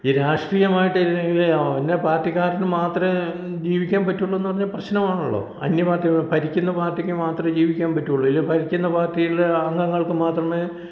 ഈ രാഷ്ട്രീയമായിട്ട് ഇല്ലെങ്കിൽ എല്ലാ പാർട്ടിക്കാരനും മാത്രമേ ജീവിക്കാൻ പറ്റുള്ളൂ എന്ന് പറഞ്ഞാൽ പ്രശ്നമാണല്ലൊ അന്യ പാർട്ടി ഭരിക്കുന്ന പാർട്ടിക്ക് മാത്രമേ ജീവിക്കാൻ പറ്റുള്ളൂ ഇല്ലെങ്കിൽ ഭരിക്കുന്ന പാർട്ടിയിലെ അംഗങ്ങൾക്ക് മാത്രമേ